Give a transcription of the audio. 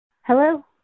Hello